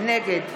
נגד